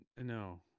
No